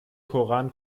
koran